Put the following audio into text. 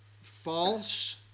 false